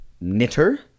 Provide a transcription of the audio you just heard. knitter